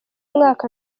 mwaka